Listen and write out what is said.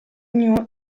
gnu